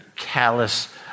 callous